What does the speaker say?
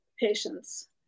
patients